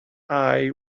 eye